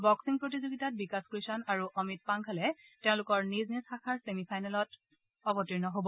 বঙ্গিং প্ৰতিযোগিতাত বিকাশ কৃষ্ণণ আৰু অমিত পাংঘালে তেওঁলোকৰ নিজ নিজ শাখাৰ ছেমি ফাইনেলত অৱতীৰ্ণ হব